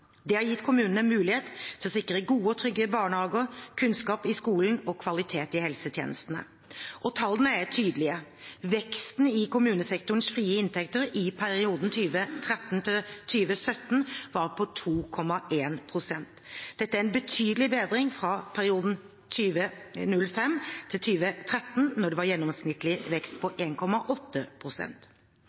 Det har gitt kommunene mulighet til å sikre gode og trygge barnehager, kunnskap i skolen og kvalitet i helsetjenestene. Og tallene er tydelige: Veksten i kommunesektorens frie inntekter i perioden 2013–2017 var på 2,1 pst. Dette er en betydelig bedring fra perioden 2005–2013, da den gjennomsnittlige veksten var på 1,8 pst. Nå er vi i en annen situasjon, og vi vet at det